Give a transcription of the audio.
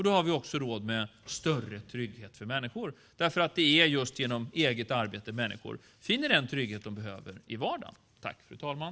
Då har vi råd med större trygghet för människor. Det är just genom eget arbete som människor finner den trygghet de behöver i vardagen.